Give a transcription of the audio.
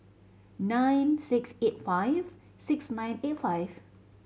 nine six eight five six nine eight five